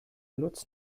lutz